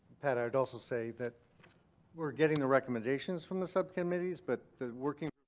pat, i would also say that we're getting the recommendations from the subcommittees but the working